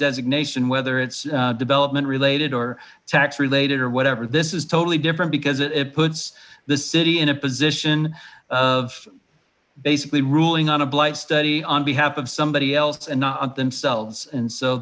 designation whether it's development related or tax related or whatever this is totally different because it puts the city in a position of basically ruling on a blight study on behalf of somebody else and not themselves and so